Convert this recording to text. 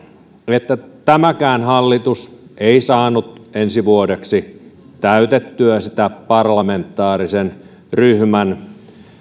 että tämäkään hallitus ei saanut ensi vuodeksi täytettyä sitä parlamentaarisen ryhmän